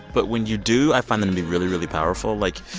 but when you do, i find them to be really, really powerful. like,